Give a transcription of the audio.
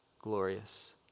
glorious